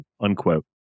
unquote